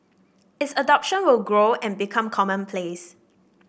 its adoption will grow and become commonplace